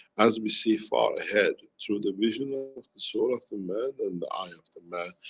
as we see far ahead, through the vision of the soul of the man and the eye of the man,